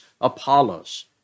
Apollos